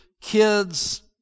kids